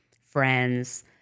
friends